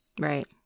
right